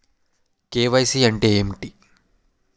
KYC అంటే ఏంటి?